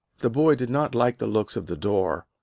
the boy did not like the looks of the door,